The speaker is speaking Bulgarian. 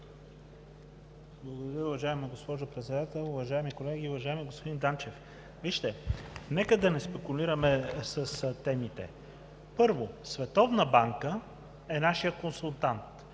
Благодаря, уважаема госпожо Председател. Уважаеми колеги! Уважаеми господин Данчев, нека да не спекулираме с темите. Първо, Световната банка е нашият консултант.